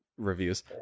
reviews